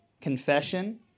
Confession